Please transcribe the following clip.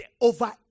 over